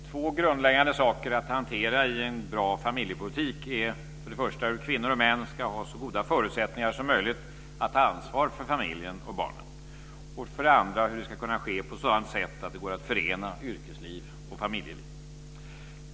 Fru talman! Två grundläggande saker att hantera i en bra familjepolitik är för det första hur kvinnor och män ska ha så goda förutsättningar som möjligt att ta ansvar för familjen och barnen och för det andra hur det ska kunna ske på ett sådant sätt att det går att förena yrkesliv och familjeliv.